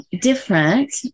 different